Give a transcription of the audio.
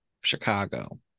Chicago